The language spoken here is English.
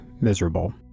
miserable